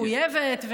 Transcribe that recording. מחויבת,